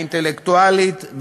האינטלקטואלית,